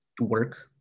work